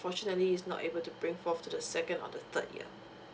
unfortunately is not able to bring forward to the second or the third year